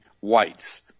whites